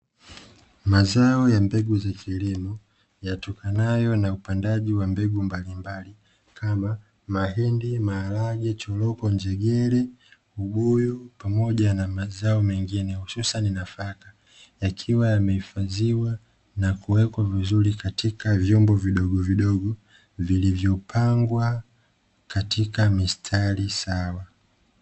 Mazao ya mbegu za kilimo yatokanayo na upandaji wa mbegu mbalimbali kama mahindi, maharage, choroko, njegere, ubuyu pamoja na mazao mengine hususani nafaka. Yakiwa yamehifadhiwa na kuwekwa vizuri katika vyombo vidogovidogo, vilivopangwa katika mistari sawa.